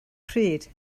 pryd